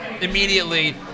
immediately